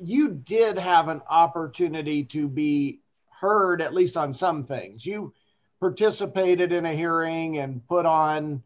you did have an opportunity to be heard at least on some things you were dissipated in a hearing and put on